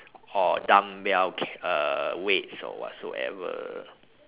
or dumbbell c~ uh weights or whatsoever